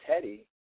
Teddy